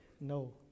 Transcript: No